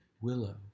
willow